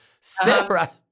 Sarah